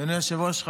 אדוני היושב-ראש,